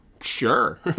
Sure